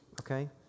okay